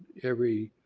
every